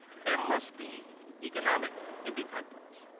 there must be economic independence.